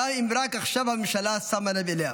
גם אם רק עכשיו הממשלה שמה לב אליה.